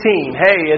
Hey